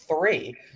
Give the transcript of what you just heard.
three